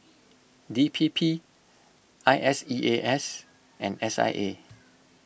D P P I S E A S and S I A